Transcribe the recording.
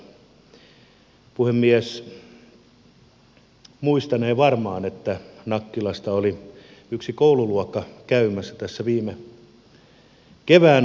puhemies muistanee varmaan että nakkilasta oli yksi koululuokka käymässä tässä viime keväänä täällä